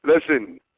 Listen